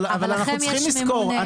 אבל אנחנו צריכים לזכור,